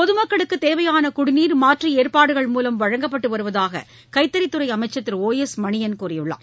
பொதுமக்களுக்கு தேவையான குடிநீர் மாற்று ஏற்பாடுகள் மூலம் வழங்கப்பட்டு வருவதாக கைத்தறித் துறை அமைச்சர் திரு ஒ எஸ் மணியன் கூறியுள்ளார்